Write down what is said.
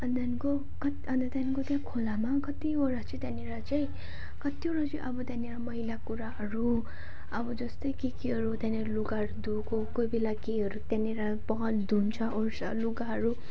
अन्त त्यहाँदेखिको अन्त त्यहाँदेखिको खोलामा नि कतिवटा चाहिँ त्यहाँनिर चाहिँ कतिवटा चाहिँ अब त्यहाँनिर मैला कुराहरू अब जस्तै केकेहरू त्यहाँनिर लुगाहरू धोएको कोही बेला केकेहरू त्यहाँनिर प धुन्छओर्छ लुगाहरू